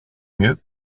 mieux